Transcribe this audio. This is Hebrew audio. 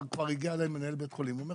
הגיע אליי מנהל בית חולים ואומר